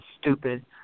stupid